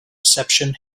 exception